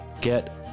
get